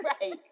Right